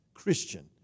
Christian